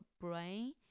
brain